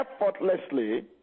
effortlessly